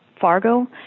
Fargo